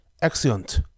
Excellent